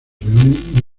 reúnen